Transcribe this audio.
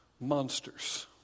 Monsters